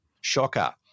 Shocker